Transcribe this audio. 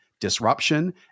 disruption